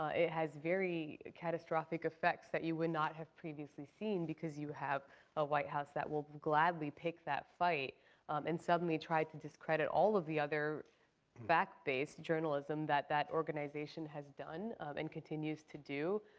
it has very catastrophic effects that you would not have previously seen because you have a white house that will gladly pick that fight and suddenly try to discredit all of the other fact-based journalism that that organization has done and continues to do.